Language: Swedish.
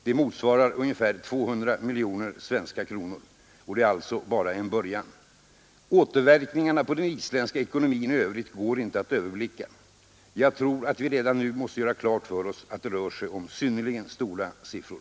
Detta motsvarar ungefär 100 miljoner svenska kronor. Och det är alltså bara en början. Återverkningarna på den isländska ekonomin i övrigt går inte att överblicka. Jag tror att vi redan nu måste göra klart för oss att det rör sig om synnerligen stora siffror.